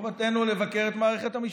חובתנו לבקר את מערכת המשפט.